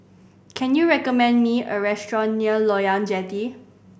can you recommend me a restaurant near Loyang Jetty